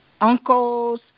uncles